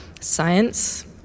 science